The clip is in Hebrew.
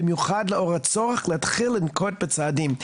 במיוחד לאור הצורך להתחיל לנקוט בצעדים.